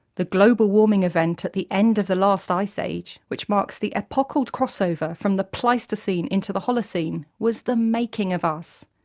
the global warming event at the end of the last ice age, which marks the epochal crossover from the pleistocene into the holocene, was the making of us.